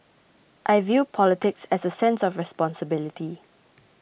I view politics as a sense of responsibility